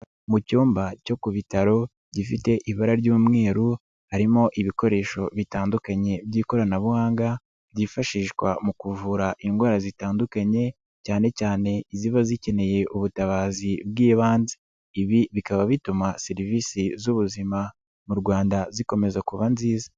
Mu cyumba cyo ku bitaro gifite ibara ry'umweru harimo ibikoresho bitandukanye by'ikoranabuhanga, byifashishwa mu kuvura indwara zitandukanye cyane cyane ziba zikeneye ubutabazi bw'ibanze, ibi bikaba bituma serivisi z'ubuzima mu Rwanda zikomeza kuba nziza.